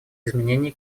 изменения